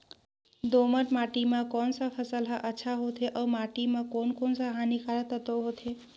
दोमट माटी मां कोन सा फसल ह अच्छा होथे अउर माटी म कोन कोन स हानिकारक तत्व होथे?